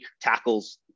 tackles